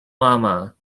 mamma